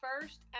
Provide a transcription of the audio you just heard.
first